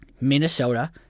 Minnesota